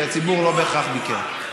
כי הציבור לא בהכרח ביקר.